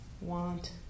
want